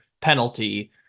penalty